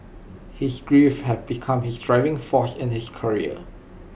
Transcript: his grief had become his driving force in his career